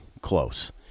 close